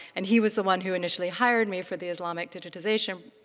and he was the one who initially hired me for the islamic digitization